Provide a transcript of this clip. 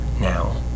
now